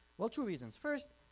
well two reasons first,